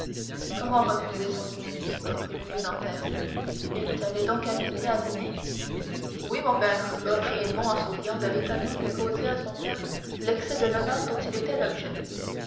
comment refuser son dîner reprit le vieux dantès il t'avait donc invité à dîner oui mon père reprit edmond en souriant de l'étonnement que causait à son père l'excès de l'honneur dont il était l'objet